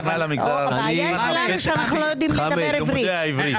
-- הבעיה שלנו שאנחנו לא יודעים לדבר עברית.